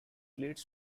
leads